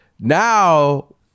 now